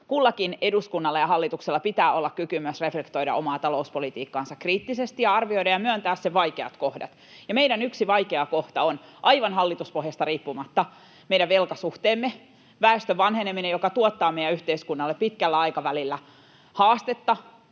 kullakin, eduskunnalla ja hallituksella, pitää myös olla kyky reflektoida omaa talouspolitiikkaansa kriittisesti ja arvioida ja myöntää sen vaikeat kohdat. Yksi meidän vaikea kohta on aivan hallituspohjasta riippumatta meidän velkasuhteemme, väestön vanheneminen, joka tuottaa meidän yhteiskunnalle pitkällä aikavälillä haastetta,